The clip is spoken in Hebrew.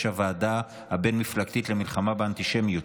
הוועדה הבין-מפלגתית למלחמה באנטישמיות,